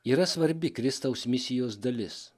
yra svarbi kristaus misijos dalis